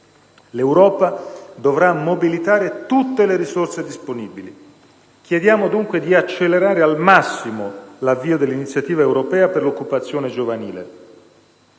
L'Europa dovrà mobilitare tutte le risorse disponibili. Chiediamo dunque di accelerare al massimo l'avvio dell'iniziativa europea per l'occupazione giovanile,